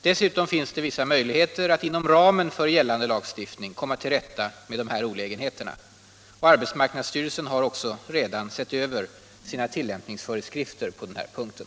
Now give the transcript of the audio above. Dessutom finns det vissa möjligheter — sättningen vid att inom ramen för gällande lagstiftning komma till rätta med de här = arbetstidsinskränk olägenheterna. Arbetsmarknadsstyrelsen har också redan sett över sina — ningar tillämpningsföreskrifter på den här punkten.